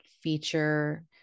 feature